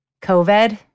COVID